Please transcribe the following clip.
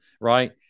right